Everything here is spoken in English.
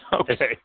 Okay